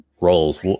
roles